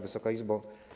Wysoka Izbo!